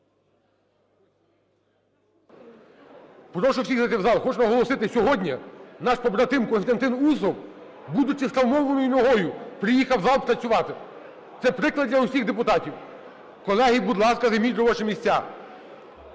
Прошу всіх зайти в зал. Хочу наголосити – сьогодні наш побратим Костянтин Усов, будучи з травмованою ногою, приїхав в зал працювати. Це приклад для усіх депутатів. Колеги, будь ласка, займіть робочі місця.